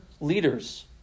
leaders